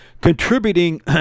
contributing